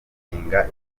imyaka